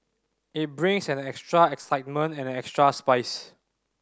it brings an extra excitement and an extra spice